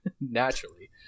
Naturally